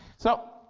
so,